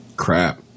crap